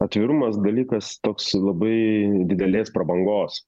atvirumas dalykas toks labai didelės prabangos